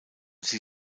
sie